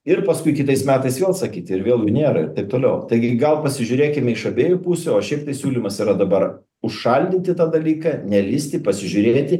ir paskui kitais metais vėl sakyti ir vėl jų nėra ir taip toliau taigi gal pasižiūrėkime iš abiejų pusių o šiaip tai siūlymas yra dabar užšaldyti tą dalyką nelįsti pasižiūrėti